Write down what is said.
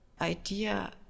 idea